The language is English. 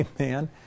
Amen